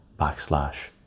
backslash